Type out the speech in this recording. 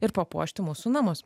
ir papuošti mūsų namus